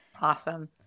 Awesome